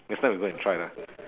next time we go and try lah